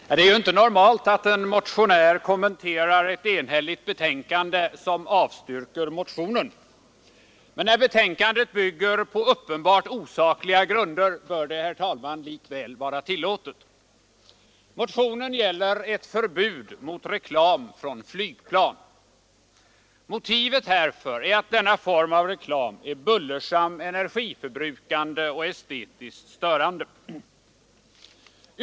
Herr talman! Det är ju inte vanligt att en motionär kommenterar ett enhälligt betänkande som avstyrker motionen, men när betänkandet bygger på uppenbart osakliga grunder bör det, herr talman, likväl vara tillåtet. Motionen gäller ett förbud mot reklam från flygplan. Motivet härför är att denna form av reklam är bullersam, energiförbrukande och estetiskt störande.